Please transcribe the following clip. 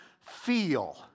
feel